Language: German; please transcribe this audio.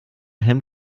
hemd